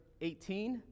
18